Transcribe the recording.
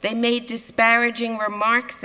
they made disparaging remarks